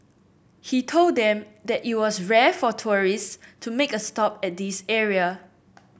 he told them that it was rare for tourists to make a stop at this area